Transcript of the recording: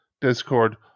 Discord